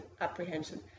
apprehension